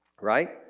right